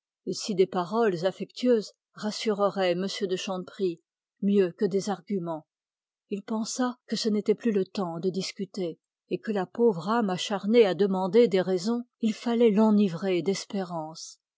et si des paroles affectueuses rassureraient m de chanteprie mieux que des arguments il pensa que ce n'était plus le temps de discuter et que la pauvre âme acharnée à demander des raisons il fallait l'enivrer d'espérance